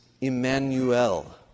Emmanuel